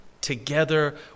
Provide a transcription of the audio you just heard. Together